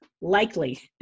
likely